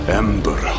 ember